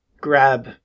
grab